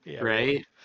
right